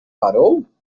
parou